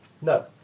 No